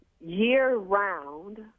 year-round